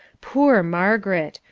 poor margaret!